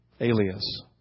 Alias